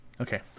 Okay